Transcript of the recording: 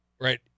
right